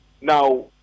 now